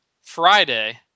Friday